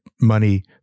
money